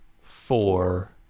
four